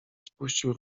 spuścił